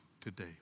today